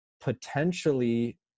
potentially